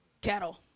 cattle